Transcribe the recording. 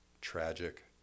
tragic